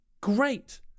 great